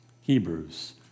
Hebrews